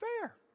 fair